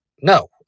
no